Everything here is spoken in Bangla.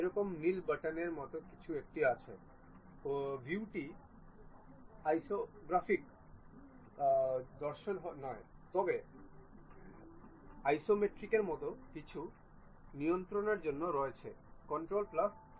এরকম নীল বাটন এর মতো কিছু একটি আছে ভিউটি অর্থোগ্রাফিক দর্শন নয় তবে আইসোমেট্রিকের মতো কিছু নিয়ন্ত্রণের জন্য রয়েছে কন্ট্রোল প্লাস 7